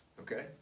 Okay